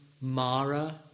Mara